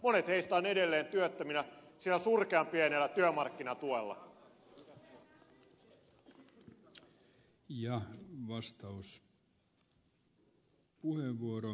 monet heistä ovat edelleen työttömänä sillä surkean pienellä työmarkkinatuella